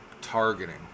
targeting